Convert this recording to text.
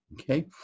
Okay